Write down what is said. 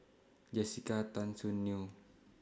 Jessica Tan Soon Neo